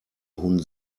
hund